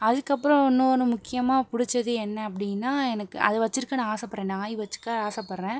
அதுக்கு அப்புறம் இன்னோன்னு முக்கியமாக பிடிச்சது என்ன அப்படின்னா எனக்கு அதை வச்சிருக்க நான் ஆசைப்படுறேன் நாய் வச்சிக்க ஆசைப்படுறேன்